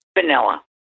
Vanilla